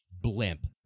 blimp